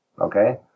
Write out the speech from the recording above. okay